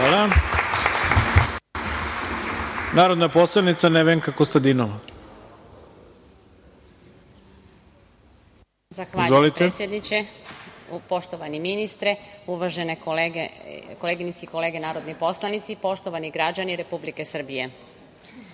Kostadinova. Izvolite. **Nevenka Kostadinova** Zahvaljujem, predsedniče. Poštovani ministre, uvažene koleginice i kolege narodni poslanici, poštovani građani Republike Srbije,